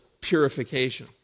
purification